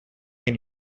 can